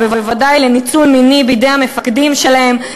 ובוודאי לניצול מיני בידי המפקדים שלהן,